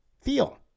feel